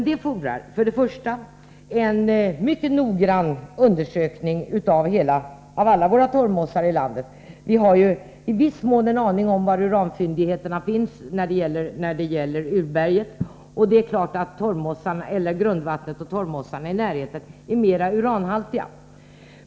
Det fordrar en mycket noggrann undersökning av alla landets torvmossar. I viss mån har vi en aning om var uranfyndigheterna finns när det gäller urberget, och det är klart att grundvattnet och torvmossarna i närheten av dessa fyndigheter är mer uranhaltiga än andra.